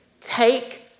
Take